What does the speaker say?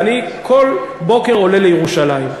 ואני כל בוקר עולה לירושלים.